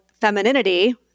femininity